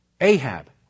Ahab